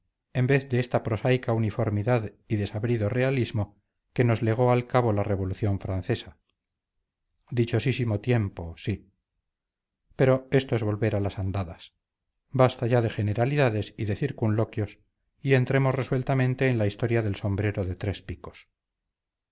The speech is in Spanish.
en vez de esta prosaica uniformidad y desabrido realismo que nos legó al cabo la revolución francesa dichosísimo tiempo sí pero esto es volver a las andadas basta ya de generalidades y de circunloquios y entremos resueltamente en la historia del sombrero de tres picos